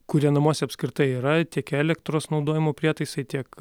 kurie namuose apskritai yra tiek elektros naudojimo prietaisai tiek